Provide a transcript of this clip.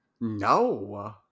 No